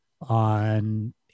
on